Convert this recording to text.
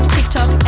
TikTok